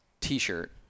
t-shirt